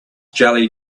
jelly